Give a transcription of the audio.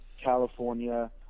California